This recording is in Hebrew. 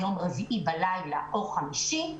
יום רביעי בלילה או חמישי.